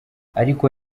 ariko